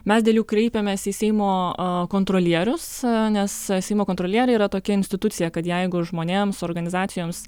mes dėl jų kreipėmės į seimo kontrolierius nes seimo kontrolieriai yra tokia institucija kad jeigu žmonėms organizacijoms